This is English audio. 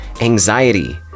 anxiety